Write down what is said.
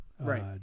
Right